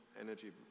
energy